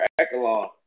echelon